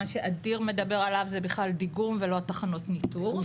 מה שאדיר מדבר עליו זה בכלל דיגום ולא תחנות ניטור.